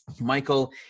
Michael